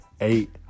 Eight